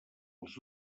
els